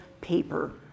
paper